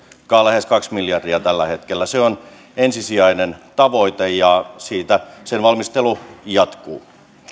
ovat lähes kaksi miljardia tällä hetkellä se on ensisijainen tavoite ja sen valmistelu jatkuu